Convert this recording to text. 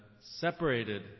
separated